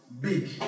Big